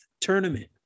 tournament